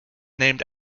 named